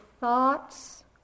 thoughts